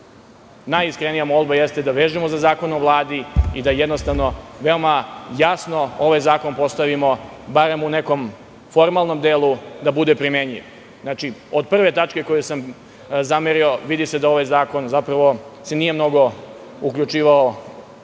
ministarstva. Najiskrenija molba jeste da vežemo za Zakon o Vladi i da jednostavno veoma jasno ovaj zakon postavimo i da barem u nekom formalnom delu bude primenljiv. Od prve tačke koju sam zamerio vidi se da se za ovaj zakon nije mnogo uključivao